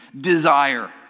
desire